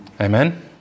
Amen